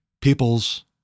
people's